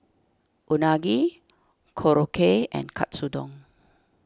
Unagi Korokke and Katsu Don